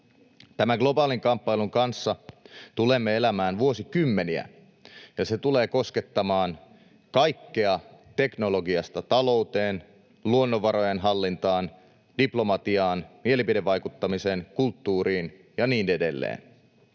Tämän globaalin kamppailun kanssa tulemme elämään vuosikymmeniä, ja se tulee koskettamaan kaikkea teknologiasta talouteen, luonnonvarojen hallintaan, diplomatiaan, mielipidevaikuttamiseen, kulttuuriin ja niin edelleen.